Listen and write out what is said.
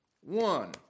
One